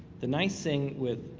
the nice thing with